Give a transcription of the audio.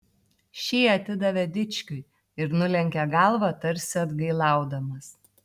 šį atidavė dičkiui ir nulenkė galvą tarsi atgailaudamas